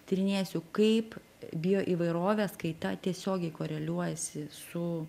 tyrinėsiu kaip bioįvairovės kaita tiesiogiai koreliuojasi su